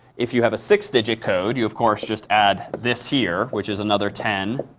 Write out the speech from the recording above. if you have a six digit code, you of course just add this here, which is another ten,